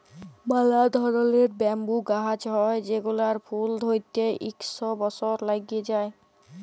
ম্যালা ধরলের ব্যাম্বু গাহাচ হ্যয় যেগলার ফুল ধ্যইরতে ইক শ বসর ল্যাইগে যায়